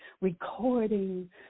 recording